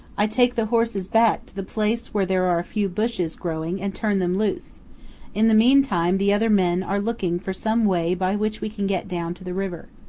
i take the horses back to the place where there are a few bushes growing and turn them loose in the meantime the other men are looking for some way by which we can get down to the river.